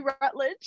Rutledge